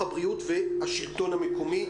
הבריאות והשלטון המקומי,